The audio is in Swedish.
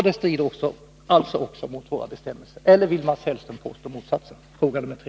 Det strider alltså också mot våra bestämmelser. Eller vill Mats Hellström påstå motsatsen? Det är min fråga nr 3.